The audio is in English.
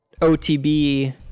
OTB